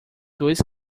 dois